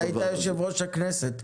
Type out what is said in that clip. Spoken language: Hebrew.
אתה היית יושב-ראש הכנסת.